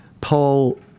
Paul